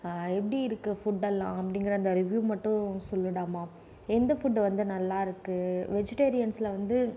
எப்படி இருக்குது ஃபுட்டெல்லாம் அப்படிங்கற அந்த ரிவியூ மட்டும் சொல்லுடாமா எந்த ஃபுட்டு வந்து நல்லா இருக்குது வெஜிட்டேரியன்ஸ்ல வந்து